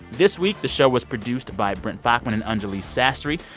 this week, the show was produced by brent baughman and anjuli sastry.